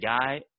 guy –